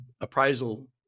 appraisal